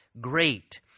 great